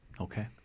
Okay